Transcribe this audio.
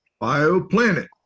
BioPlanet